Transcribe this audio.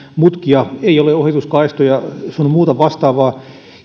mutkia ja ei ole ohituskaistoja sun muuta vastaavaa ja